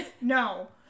No